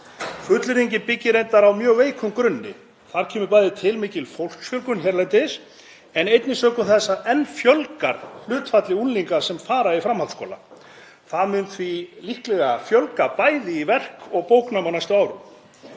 Fullyrðingin byggir reyndar á mjög veikum grunni. Þar kemur bæði til mikil fólksfjölgun hérlendis en einnig sökum þess að enn hækkar hlutfall unglinga sem fara í framhaldsskóla. Það mun því líklega fjölga bæði í verk- og bóknámi á næstu árum.